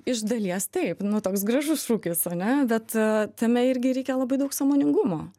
iš dalies taip nu toks gražus šūkis ane bet tame irgi reikia labai daug sąmoningumo